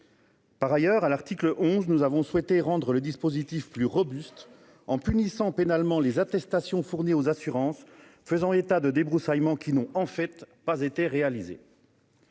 Par ailleurs, à l'article 11, nous avons souhaité rendre le dispositif plus robuste, en punissant pénalement ceux qui fournissent des attestations aux assurances faisant état de débroussaillements qui n'ont, en réalité, pas été réalisés.